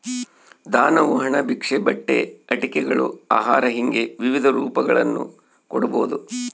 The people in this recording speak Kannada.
ದಾನವು ಹಣ ಭಿಕ್ಷೆ ಬಟ್ಟೆ ಆಟಿಕೆಗಳು ಆಹಾರ ಹಿಂಗೆ ವಿವಿಧ ರೂಪಗಳನ್ನು ಕೊಡ್ಬೋದು